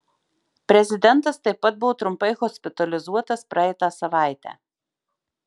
prezidentas taip pat buvo trumpai hospitalizuotas praeitą savaitę